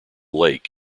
lake